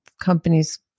companies